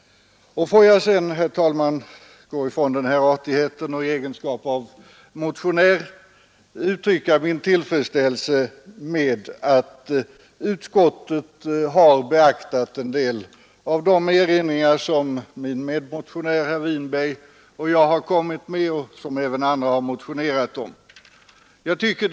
Jag ber sedan, herr talman, att få gå ifrån den här artigheten och i egenskap av motionär uttrycka min tillfredsställelse med att utskottet har beaktat en del av de erinringar som min medmotionär, herr Winberg, och jag — och även andra motionärer — har kommit med.